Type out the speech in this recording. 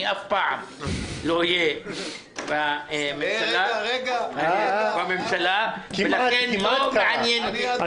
אני אף פעם לא אהיה בממשלה ולכן זה לא מעניין אותי.